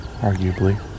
Arguably